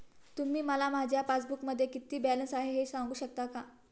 तुम्ही मला माझ्या पासबूकमध्ये किती बॅलन्स आहे हे सांगू शकता का?